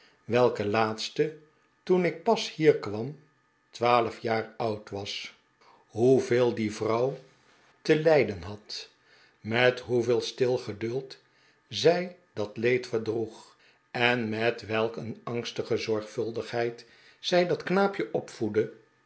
welke laatste toen ik pas hier kwam twaalf jaar oiid was hoeveel die vrouw te m de predikant doet een verhaal it lijden had met hoeveel stil geduld zij dat leed verdroeg en met welk een angstige zorgvuldigheid zij dat knaap je opvoedde